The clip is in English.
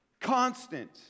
constant